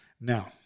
now